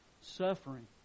suffering